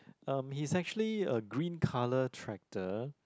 um he is actually a green colour tractor